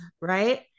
right